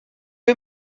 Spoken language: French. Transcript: est